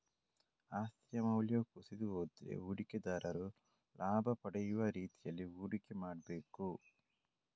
ಆಸ್ತಿಯ ಮೌಲ್ಯವು ಕುಸಿದು ಹೋದ್ರೆ ಹೂಡಿಕೆದಾರರು ಲಾಭ ಪಡೆಯುವ ರೀತಿನಲ್ಲಿ ಹೂಡಿಕೆ ಮಾಡ್ಬೇಕು